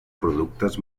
productes